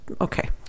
okay